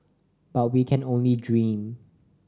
but we can only dream